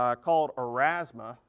um called aurasma.